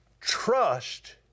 trust